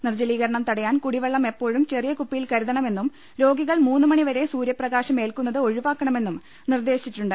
നിർജലീകരണം തട യാൻ കുടിവെള്ളം എപ്പോഴും ചെറിയ കുപ്പിയിൽ കരു തണമെന്നും രോഗികൾ മൂന്ന് മണിവരെ സൂര്യപ്രകാശം ഏൽക്കുന്നത് ഒഴിവാക്കണമെന്നും നിർദേശിച്ചിട്ടുണ്ട്